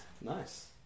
nice